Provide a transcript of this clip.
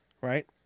Right